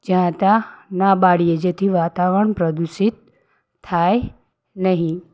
જ્યાં તા ના બાળીએ જેથી વાતાવરણ પ્રદૂષિત થાય નહીં